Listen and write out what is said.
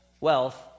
wealth